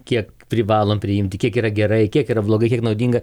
kiek privalom priimti kiek yra gerai kiek yra blogai kiek naudinga